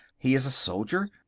he is a soldier.